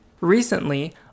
Recently